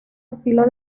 estilo